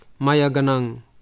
Mayaganang